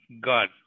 God